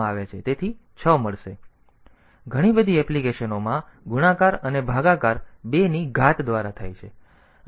તેથી ઘણી બધી એપ્લિકેશનોમાં તેથી ગુણાકાર અને ભાગાકાર તેઓ 2 ની ઘાત દ્વારા છે